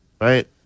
right